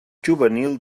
juvenil